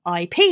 IP